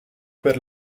per